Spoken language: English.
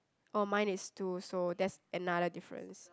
oh mine is tools so that's another difference